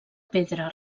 pedra